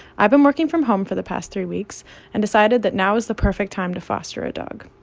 i've been working from home for the past three weeks and decided that now is the perfect time to foster a dog.